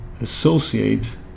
associate